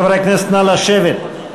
חברי הכנסת, נא לשבת.